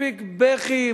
מספיק בכי,